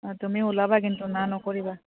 অঁ তুমি ওলাবা কিন্তু না নকৰিবা